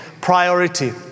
Priority